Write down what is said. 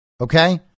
Okay